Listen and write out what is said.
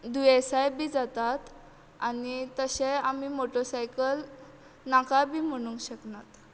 दुयेंसांय बी जातात आनी तशें आमी मोटसायकल नाका बी म्हणूंक शकनात